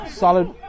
Solid